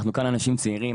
אנחנו כאן אנשים צעירים.